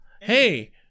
Hey